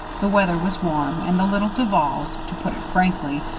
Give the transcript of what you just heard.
the weather was warm, and the little duvals, to put it frankly,